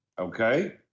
okay